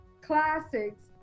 classics